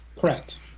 Correct